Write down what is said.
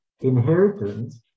inheritance